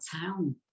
town